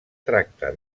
tracta